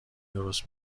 درست